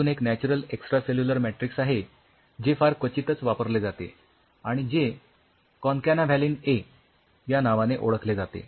अजून एक natural extracellular matrix आहे जे फार क्वचितच वापरले जाते आणि जे कॉनकॅनाव्हॅलीन ए या नावाने ओळखले जाते